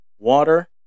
water